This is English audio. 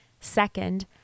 Second